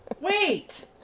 Wait